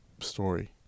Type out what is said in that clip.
story